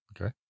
Okay